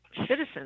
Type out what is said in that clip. citizens